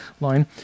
line